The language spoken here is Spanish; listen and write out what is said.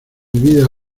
vida